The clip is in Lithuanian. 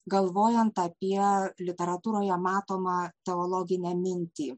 galvojant apie literatūroje matomą teologinę mintį